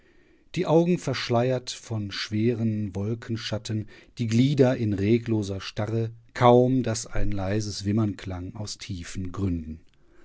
die augen verschleiert von schweren wolkenschatten die glieder in regloser starre kaum daß ein leises wimmern klang aus tiefen gründen